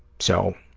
so,